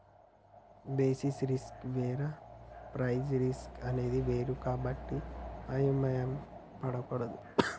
basis risk వేరు price risk అనేది వేరు కాబట్టి అయోమయం పడకూడదు